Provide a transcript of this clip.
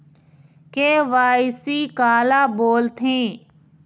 KYC काला बोलथें?